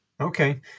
Okay